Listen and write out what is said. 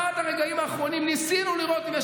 עד הרגעים האחרונים ניסינו לראות אם יש